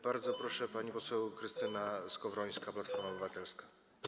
Bardzo proszę, pani poseł Krystyna Skowrońska, Platforma Obywatelska.